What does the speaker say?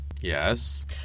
Yes